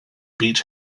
beach